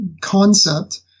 concept